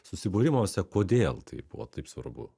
susibūrimuose kodėl tai buvo taip svarbu